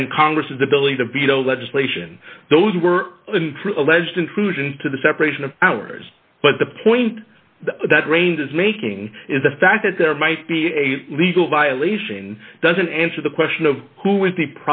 and congress has the ability to veto the legislation those were alleged intrusion into the separation of powers but the point that ranges making is the fact that there might be a legal violation doesn't answer the question of who is the